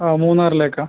ആ മൂന്നാറിലേക്കാണോ